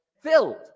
filled